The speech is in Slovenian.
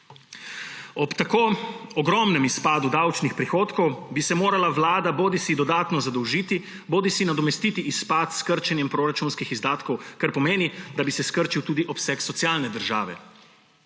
Ob tako ogromnem izpadu davčnih prihodkov bi se morala vlada bodisi dodatno zadolžiti bodisi nadomestiti izpad s krčenjem proračunskih izdatkov, kar pomeni, da bi se skrčil tudi obseg socialne države.